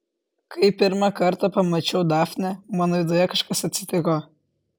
kai pirmą kartą pamačiau dafnę mano viduje kažkas atsitiko